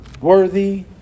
Worthy